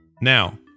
Now